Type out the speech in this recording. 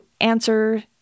answer